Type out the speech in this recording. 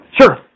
sure